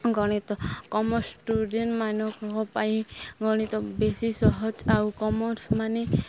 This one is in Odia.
ଗଣିତ କମର୍ସ ଷ୍ଟୁଡେଣ୍ଟମାନଙ୍କ ପାଇଁ ଗଣିତ ବେଶୀ ସହଜ ଆଉ କମର୍ସ ମାନେ